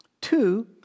Two